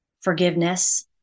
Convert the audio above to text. forgiveness